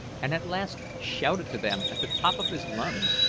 and at last shouted to them at the top of his lungs,